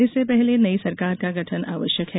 इससे पहले नई सरकार का गठन आवश्यक है